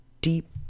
deep